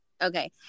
okay